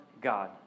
God